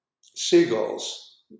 Seagulls